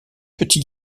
petit